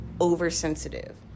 oversensitive